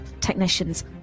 technicians